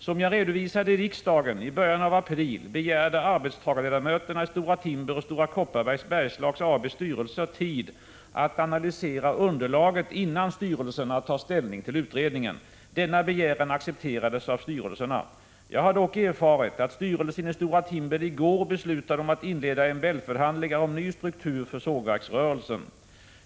Som jag redovisade i riksdagen i början av april begärde arbetstagarledamöterna i Stora Timbers och Stora Kopparbergs Bergslags AB:s styrelser tid att analysera underlaget innan styrelserna tar ställning till utredningen. Denna begäran accepterades av styrelserna. Jag har dock erfarit att styrelsen i Stora Timber i går beslutade om att inleda MBL-förhandlingar om ny struktur för sågverksrörelsen.